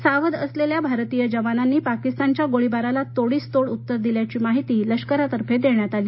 सावध असलेल्या भारतीय जवानांनी पाकिस्तानच्या गोळीबाराला तोडीस तोड उत्तर दिल्याची माहिती लष्करातर्फे देण्यात आली